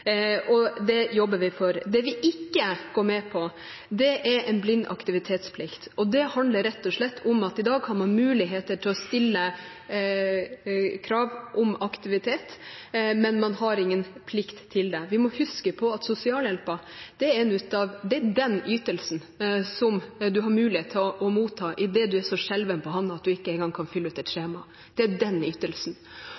Det jobber vi for. Det vi ikke går med på, er en blind aktivitetsplikt. Det handler rett og slett om at man i dag har mulighet til å stille krav om aktivitet, men man har ingen plikt til det. Vi må huske på at sosialhjelpen er den ytelsen en har mulighet til å motta når en er så skjelven på hånden at en ikke engang kan fylle ut et